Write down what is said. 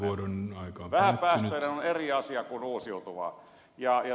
vähäpäästöinen on eri asia kuin uusiutuva